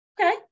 Okay